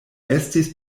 estis